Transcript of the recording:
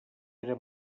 era